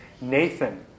Nathan